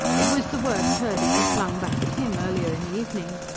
it was the word purdy had flung back at him, earlier in the evening.